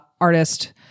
artist